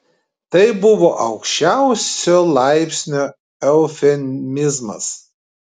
tai buvo aukščiausio laipsnio eufemizmas